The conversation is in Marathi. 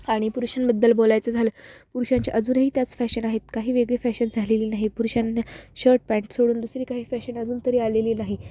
आणि पुरुषांबद्दल बोलायचं झालं पुरुषांच्या अजूनही त्याच फॅशन आहेत काही वेगळे फॅशन झालेली नाही पुरुषांना शर्ट पॅन्ट सोडून दुसरी काही फॅशन अजून तरी आलेली नाही